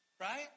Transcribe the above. right